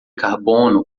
carbono